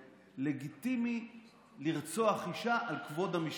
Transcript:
שלגיטימי לרצוח אישה על כבוד המשפחה.